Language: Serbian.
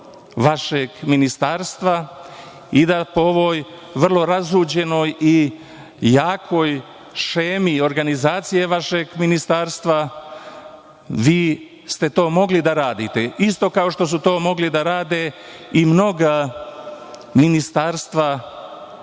vašeg ministarstva i da po ovoj, vrlo razluđenoj i jakoj, šemi i organizaciji vašeg ministarstva to ste vi mogli da radite, isto kao što su to mogla da rade i mnoga ministarstva